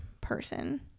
person